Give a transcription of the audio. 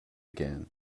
again